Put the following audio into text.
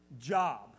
job